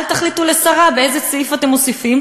אל תחליטו לשרה באיזה סעיף אתם מוסיפים,